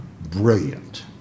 brilliant